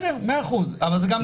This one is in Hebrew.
בסדר, מאה אחוז, אבל זה גם בזכותנו.